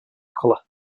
colour